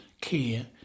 care